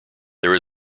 there